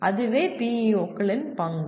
அதுவே PEO களின் பங்கு